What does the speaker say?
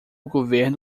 governo